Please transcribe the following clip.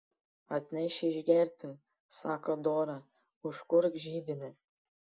atnešiu išgerti sako dora užkurk židinį